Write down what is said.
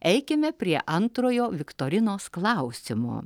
eikime prie antrojo viktorinos klausimo